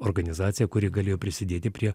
organizacija kuri galėjo prisidėti prie